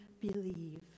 Believe